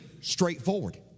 straightforward